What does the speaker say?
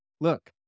Look